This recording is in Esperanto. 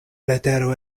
letero